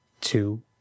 Two